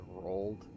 rolled